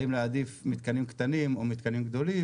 האם להעדיף מתקנים קטנים או מתקנים גדולים,